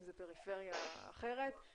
אם זה פריפריה אחרת,